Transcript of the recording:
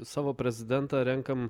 savo prezidentą renkam